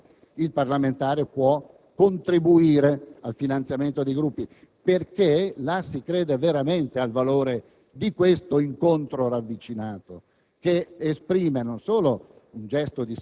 sono poi altre forme attraverso le quali il parlamentare può contribuire al finanziamento dei gruppi, perché là si crede veramente al valore di questo incontro ravvicinato